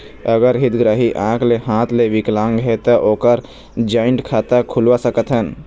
अगर हितग्राही आंख ले हाथ ले विकलांग हे ता ओकर जॉइंट खाता खुलवा सकथन?